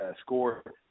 score